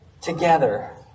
together